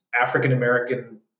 African-American